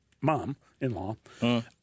mom-in-law